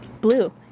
Blue